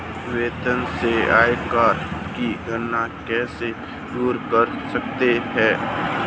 वेतन से आयकर की गणना कैसे दूर कर सकते है?